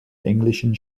englischen